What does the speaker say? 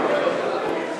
עיכוב פינוי חייב),